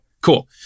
cool